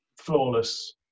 flawless